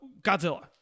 Godzilla